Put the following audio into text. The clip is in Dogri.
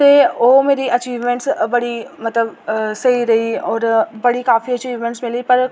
ते ओह् मेरी अचीवमेंट्स बड़ी मतलब स्हेई रेही होर बड़ी काफी अचीवमेंट्स मिली पर